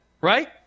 right